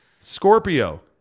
Scorpio